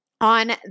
On